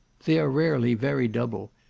they are rarely very double,